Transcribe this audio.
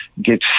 get